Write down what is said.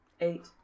Eight